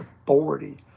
authority